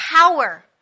power